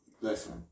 Listen